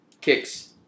Kicks